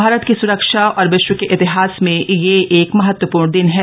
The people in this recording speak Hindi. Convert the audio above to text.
भारत की सुरक्षा और विश्व के इतिहास में यह एक महत्वप्र्ण दिन है